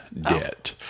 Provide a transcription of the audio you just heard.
debt